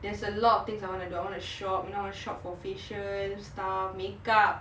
there's a lot of things I wanna do I wanna shop you know I wanna shop for facial stuff makeup